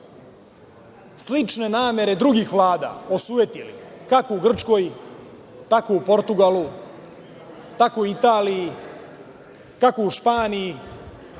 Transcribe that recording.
slične namere drugih vlada osujetili, kako u Grčkoj, tako u Portugalu, tako u Italiji, tako u Španiji